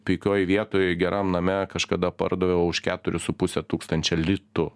puikioj vietoj geram name kažkada pardaviau už keturis su puse tūkstančio litų